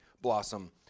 blossom